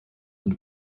und